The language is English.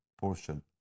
portion